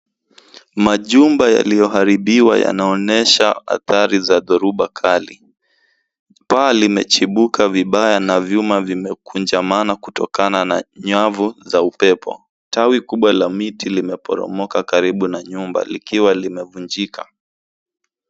Majumba yaliyoharibiwa yanaonyesha athari za dhoruba kali. Paa limechibuka vibaya na vyuma vimekunjamana kutokana na nyavu za upepo. Tawi kubwa la miti limeporomoka karibu na nyumba, likawa limevunjika.